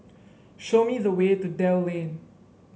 show me the way to Dell Lane